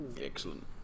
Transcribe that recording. Excellent